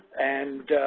and